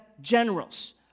generals